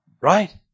right